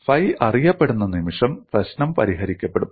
phi അറിയപ്പെടുന്ന നിമിഷം പ്രശ്നം പരിഹരിക്കപ്പെടും